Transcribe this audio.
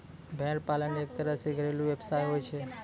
भेड़ पालन एक तरह सॅ घरेलू व्यवसाय होय छै